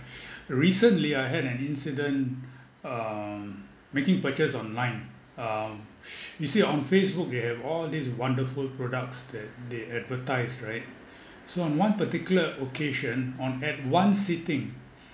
recently I had an incident um making purchase online um you see on facebook you have all these wonderful products that they advertise right so on one particular occasion on at one sitting